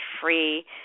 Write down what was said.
free